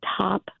top